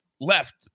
left